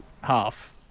half